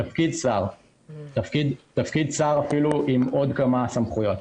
תפקיד שר ואפילו עם עוד כמה סמכויות.